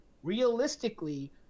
Realistically